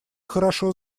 хорошо